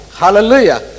hallelujah